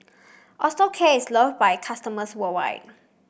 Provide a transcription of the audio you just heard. Osteocare is love by customers worldwide